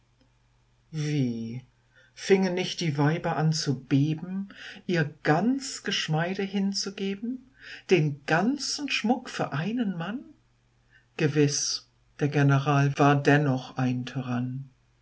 fingen nicht die weiber an zu beben ihr ganz geschmeide hinzugeben den ganzen schmuck für einen mann gewiß der general war dennoch ein tyrann